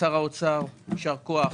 לשר האוצר, יישר כוח.